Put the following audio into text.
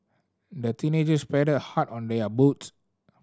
the teenagers paddled hard on their boats